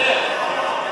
איך?